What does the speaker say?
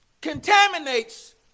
contaminates